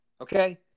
Okay